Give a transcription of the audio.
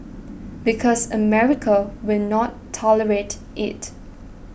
because America will not tolerate it